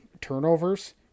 turnovers